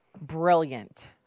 Brilliant